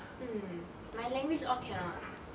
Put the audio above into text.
mm my language all cannot [one]